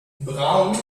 braun